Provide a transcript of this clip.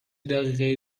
دقیقه